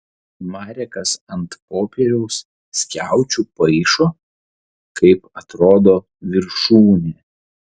marekas ant popieriaus skiaučių paišo kaip atrodo viršūnė